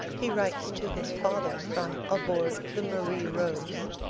he writes to his father from aboard the marie rose,